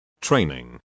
training